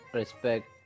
respect